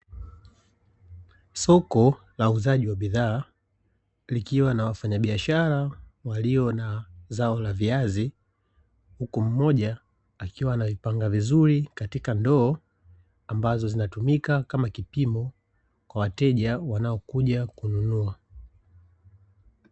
Soko la wauzaji wa bidhaa likiwa na wafanyabiashara walio na zao la viazi, huku mmoja akiwa anavipanga vizuri katika ndoo ambazo zinatumika kama kipimo kwa wateja wanaokuja kununua.